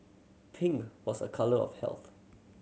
pink was a colour of health